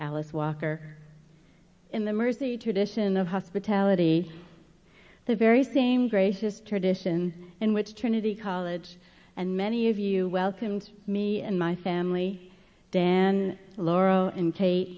alice walker in the mersey tradition of hospitality the very same gracious tradition in which trinity college and many of you welcomed me and my family dan laurel and ta